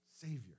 Savior